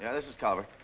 yeah this is calvert.